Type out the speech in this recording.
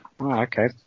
Okay